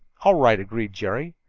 all right, agreed jerry.